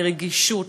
לרגישות,